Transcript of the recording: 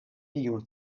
tiu